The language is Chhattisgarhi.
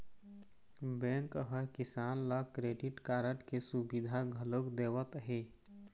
बेंक ह किसान ल क्रेडिट कारड के सुबिधा घलोक देवत हे